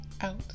out